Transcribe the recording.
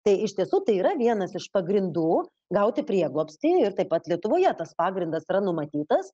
tai iš tiesų tai yra vienas iš pagrindų gauti prieglobstį ir taip pat lietuvoje tas pagrindas yra numatytas